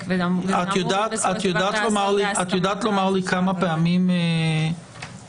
וגם --- יודעת לומר לי כמה פעמים הוועדות